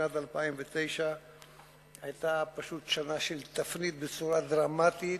שנת 2009 היתה פשוט שנה של תפנית בצורה דרמטית,